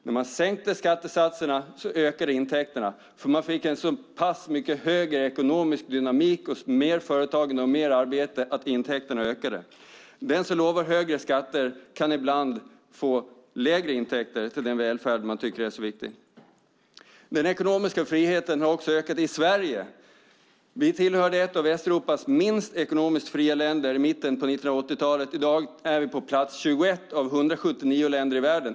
När man sänkte skattesatserna ökade intäkterna, för man fick en så mycket större ekonomisk dynamik, mer företagande och mer arbete att intäkterna ökade. Den som lovar högre skatter kan ibland få lägre intäkter till den välfärd som man tycker är så viktig. Den ekonomiska friheten har också ökat i Sverige. Vi tillhörde ett av Västeuropas minst ekonomiskt fria länder i mitten av 1980-talet. I dag är vi på plats 21 av 179 länder i världen.